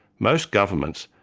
most governments,